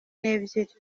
n’ebyiri